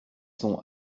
sons